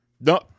No